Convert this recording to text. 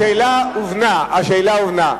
השאלה הובנה.